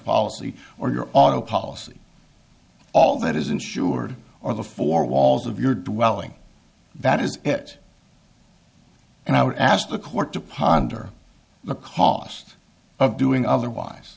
policy or your auto policy all that is insured or the four walls of your dwelling that is it and i would ask the court to ponder the cost of doing otherwise